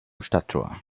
stadttor